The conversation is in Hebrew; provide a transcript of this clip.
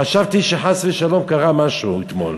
חשבתי שחס ושלום קרה משהו אתמול.